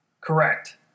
Correct